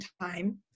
time